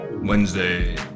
Wednesday